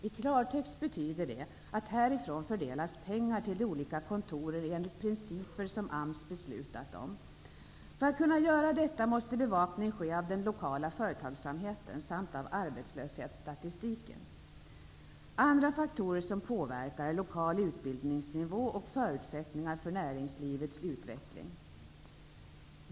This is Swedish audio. I klartext betyder det att pengar fördelas härifrån till de olika kontoren enligt principer som AMS beslutat om. För att detta skall kunna göras måste bevakning ske av den lokala företagsamheten samt av arbetslöshetsstatistiken. Andra faktorer som påverkar är lokal utbildningsnivå och förutsättningar för näringslivets utveckling.